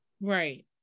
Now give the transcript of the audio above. Right